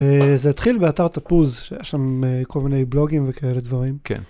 זה התחיל באתר תפוז, שיש שם כל מיני בלוגים וכאלה דברים.